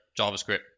JavaScript